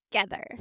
together